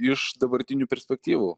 iš dabartinių perspektyvų